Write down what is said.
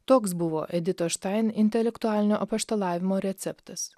toks buvo editos štain intelektualinio apaštalavimo receptas